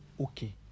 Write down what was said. Okay